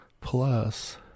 Plus